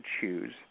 choose